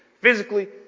physically